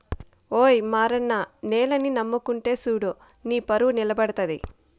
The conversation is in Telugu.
ఓయి మారన్న నేలని నమ్ముకుంటే సూడు నీపరువు నిలబడతది